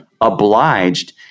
obliged